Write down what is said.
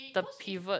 the pivot